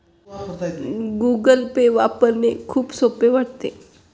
Google Pay वापरणे खूप सोपे वाटते